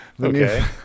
Okay